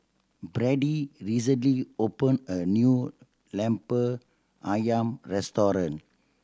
Brady recently opened a new Lemper Ayam restaurant